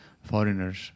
foreigners